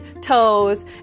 toes